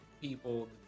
people